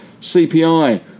CPI